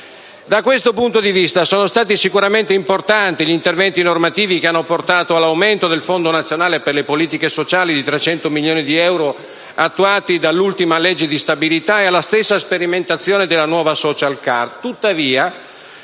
Da questo punto di vista, sono stati sicuramente importanti gli interventi normativi che hanno portato all'aumento del Fondo nazionale per le politiche sociali di 300 milioni di euro, attuati dall'ultima legge di stabilità, e alla stessa sperimentazione della nuova *social card.*